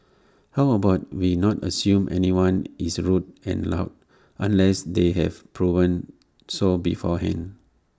how about we not assume anyone is rude and loud unless they have proven so beforehand